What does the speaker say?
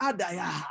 Adaya